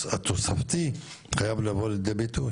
התוספתי חייב לבוא לידי ביטוי